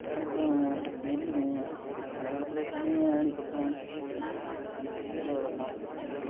கரும்புக்கும் நெல் தனியாக மழை காலத்தில் எப்பிடியும் ஆனிப்பட்டம் நெல் விதைப்போம்